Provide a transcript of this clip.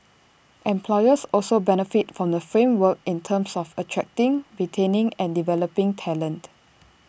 employers also benefit from the framework in terms of attracting retaining and developing talent